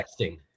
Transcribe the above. texting